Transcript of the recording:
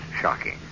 shocking